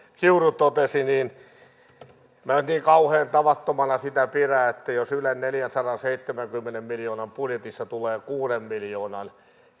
kiuru totesi minä en nyt niin kauhean tavattomana sitä pidä että jos ylen neljänsadanseitsemänkymmenen miljoonan budjetissa tulee kuuden miljoonan